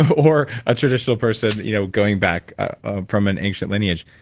or a traditional person you know going back ah from an ancient lineage.